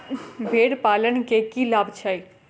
भेड़ पालन केँ की लाभ छै?